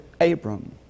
Abram